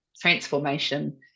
transformation